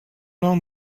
learn